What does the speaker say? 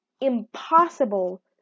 impossible